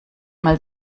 mal